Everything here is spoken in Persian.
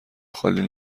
خالی